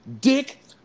dick